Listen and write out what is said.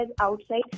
outside